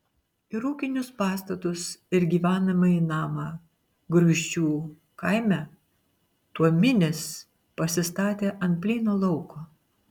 ir ūkinius pastatus ir gyvenamąjį namą gurgždžių kaime tuominis pasistatė ant plyno lauko